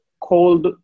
cold